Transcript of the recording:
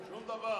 שום דבר.